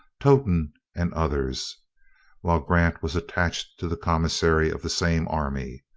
totten, and others while grant was attached to the commissary of the same army.